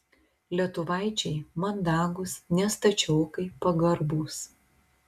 lietuvaičiai mandagūs ne stačiokai pagarbūs